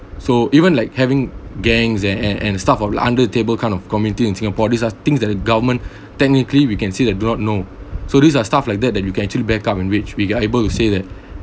so even like having gangs and and and start from under the table kind of community in singapore these are things that the government technically we can see that do not know so these are stuff like that that you can actually backup in which we are able to say that